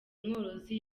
mworozi